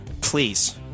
Please